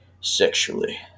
Sexually